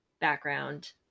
background